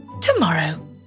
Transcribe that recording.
tomorrow